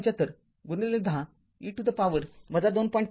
७५१० e to the power २